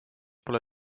pole